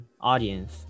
audience